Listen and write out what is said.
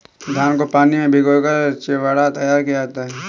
धान को पानी में भिगाकर चिवड़ा तैयार किया जाता है